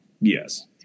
yes